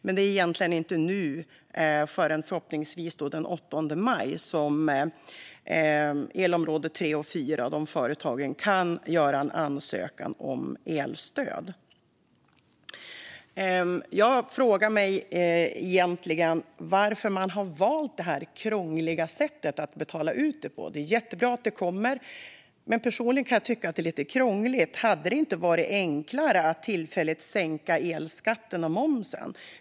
Men det är egentligen inte förrän den 8 maj, förhoppningsvis, som företag i elområde 3 och 4 kan ansöka om elstöd. Jag undrar varför man har valt detta krångliga sätt att betala ut elstödet. Det är jättebra att det kommer. Men personligen kan jag tycka att det är lite krångligt. Hade det inte varit enklare att tillfälligt sänka elskatten och momsen?